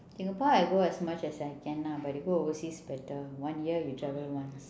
singapore I go as much as I can lah but to go overseas better one year we travel once